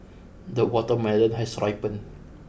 the watermelon has ripened